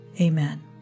Amen